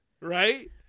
right